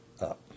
up